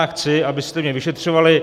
Chci, abyste mě vyšetřovali.